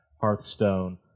Hearthstone